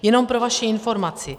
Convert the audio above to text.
Jenom pro vaši informaci.